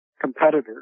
competitors